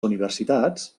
universitats